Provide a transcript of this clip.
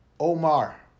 Omar